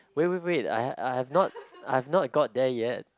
wait wait wait I have I have not I have not got there yet